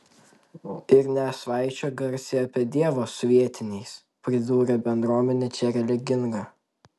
ir nesvaičiok garsiai apie dievą su vietiniais pridūrė bendruomenė čia religinga